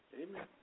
Amen